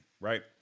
Right